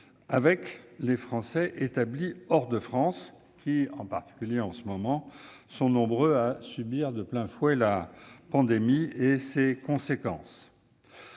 des Français établis hors de France, qui, en particulier en ce moment, sont nombreux à subir de plein fouet la pandémie et ses conséquences.